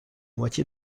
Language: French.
moitié